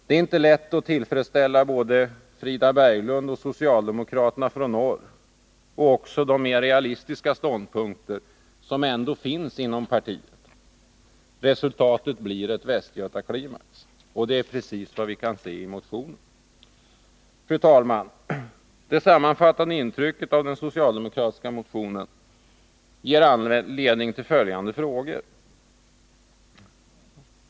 Det är inte lätt att tillfredsställa både Frida Berglund och de andra socialdemokraterna från norr och de mer realistiska ståndpunkter som ändå finns inom partiet. Resultatet blir en västgötaklimax — precis vad vi kan se i motionen. Fru talman! Det sammanfattande intrycket av den socialdemokratiska motionen ger anledning till tre frågor.